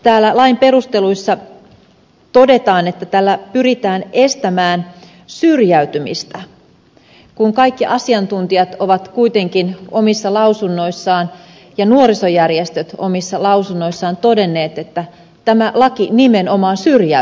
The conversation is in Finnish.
täällä lain perusteluissa todetaan että tällä pyritään estämään syrjäytymistä kun kaikki asiantuntijat ovat kuitenkin omissa lausunnoissaan ja nuorisojärjestöt omissa lausunnoissaan todenneet että tämä laki nimenomaan syrjäyttää